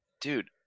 Dude